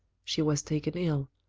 she was taken ill,